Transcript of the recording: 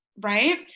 right